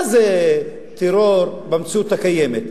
מה זה טרור במציאות הקיימת?